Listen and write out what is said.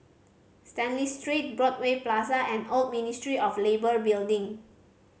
Stanley Street Broadway Plaza and Old Ministry of Labour Building